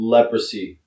Leprosy